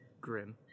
grim